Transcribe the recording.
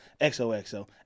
XOXO